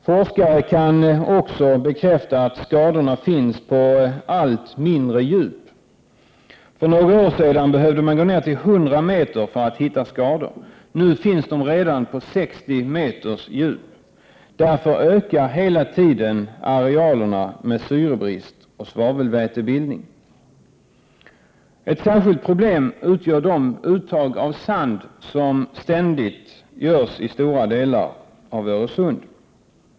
Forskare kan också bekräfta att skadorna finns på allt mindre djup. För några år sedan behövde man gå ned 100 meter för att hitta skador. Nu finns de redan på 60 meters djup. Därför ökar hela tiden arealerna med syrebrist och svavelvätebildning. Ett särskilt problem är de uttag av sand som ständigt görs i stora delar av Öresund.